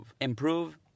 Improve